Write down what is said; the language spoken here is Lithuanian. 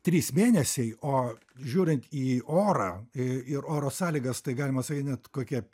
trys mėnesiai o žiūrint į orą e ir oro sąlygas tai galima sakyt net kokie